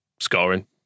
scoring